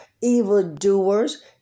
evildoers